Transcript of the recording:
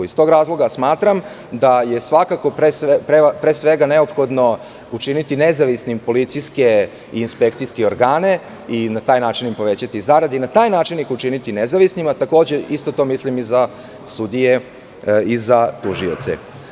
Iz tog razloga, smatram da je svakako, pre svega, neophodno učiniti nezavisnim policijske i inspekcijske organe i na taj način im povećati zarade i na taj način ih učiniti nezavisnim, a takođe, isto to mislim i za sudije i za tužioce.